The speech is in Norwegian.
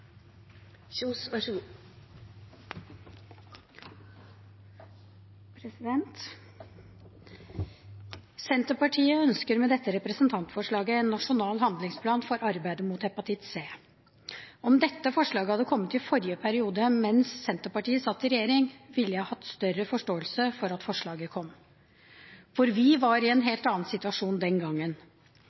Senterpartiet ønsker med dette representantforslaget en nasjonal handlingsplan for arbeidet mot hepatitt C. Om dette forslaget hadde kommet i forrige periode, mens Senterpartiet satt i regjering, ville jeg hatt større forståelse for at forslaget kom. Vi var i en helt annen situasjon den gangen.